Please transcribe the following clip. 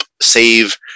save